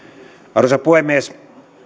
arvoisa puhemies